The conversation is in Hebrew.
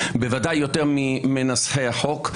בוודאי יותר ממנסחי החוק,